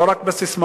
ולא רק בססמאות.